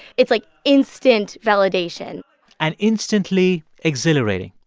it's, like, instant validation and instantly exhilarating.